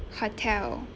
hotel